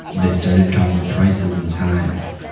they started talking prices and times.